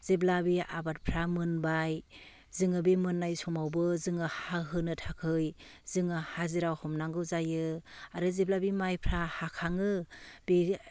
जेब्ला बे आबादफोरा मोनबाय जोङो बे मोननाय समावबो जोङो हाहोनो थाखाय जोङो हाजिरा हमनांगौ जायो आरो जेब्ला बे मायफोरा हाखाङो बे